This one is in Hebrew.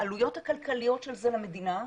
העלויות הכלכליות של זה למדינה,